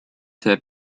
see